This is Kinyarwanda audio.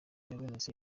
yabonetse